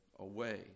Away